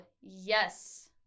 yes